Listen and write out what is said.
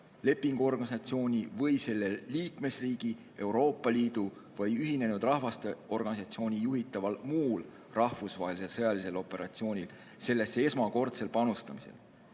Lepingu Organisatsiooni või selle liikmesriigi, Euroopa Liidu või Ühinenud Rahvaste Organisatsiooni juhitaval muul rahvusvahelisel sõjalisel operatsioonil sellesse esmakordsel panustamisel.